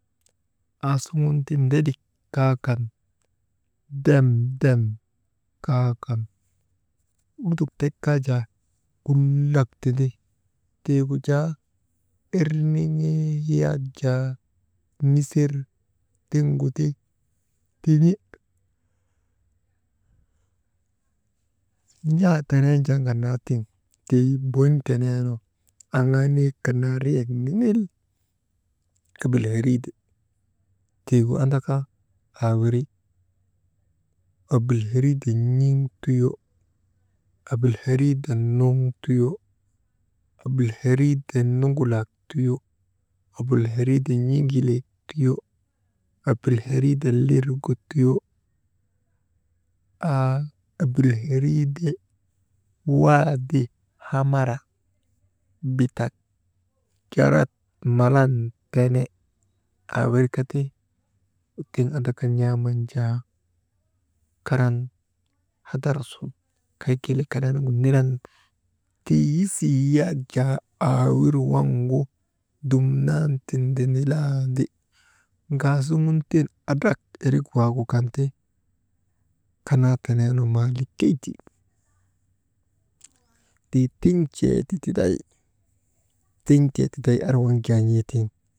Aasuŋun ti ndelik kaa kan, demdem kaa kan, lutok tek kaa jaa kulak tindi, tiigu jaa erniŋee yak jaa niser tiŋgu ti tin̰i, n̰aa teneen jaa ŋannaatiŋ tii bon̰ teneenu aŋaa nizek kan naa riyek ninil abilheeride tiigu andaka, aa wirik abulheriide n̰iŋ tuyo, abilheriide nuŋ tuyo, abilheriide, nuŋulak tuyo abilheriide n̰iŋilek tuyo, abilheriide lirgu tuyo aa abilheriide, waadi hamara bitak jarat malan tene, aa wirkati, tiŋ annaka n̰aaman jaa, karan hadar sun kay kelee kanaanuŋgu nilan tii yisii yak jaa aawir waŋgu dumnan tindinilandi, ŋaasuŋun tiŋ adrak irik waagu kan ti kanaa teneenu maa likey ti, tii tin̰tee ti tiday tin̰tee tiday ar waŋ jaa n̰ee tiŋ.